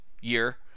year